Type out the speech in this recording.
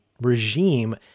regime